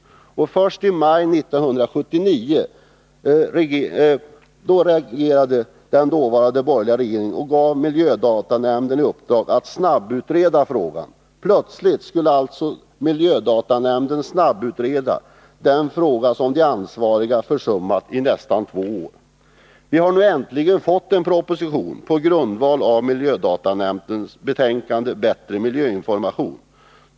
Först den 31 maj 1979 reagerade den dåvarande borgerliga regeringen och gav miljödatanämnden i uppdrag att snabbutreda frågan. Plötsligt skulle alltså miljödatanämnden snabbutreda den fråga som de ansvariga försummat i nästan två år! Vi har nu äntligen fått en proposition på grundval av miljödatanämndens betänkande Bättre miljöinformation.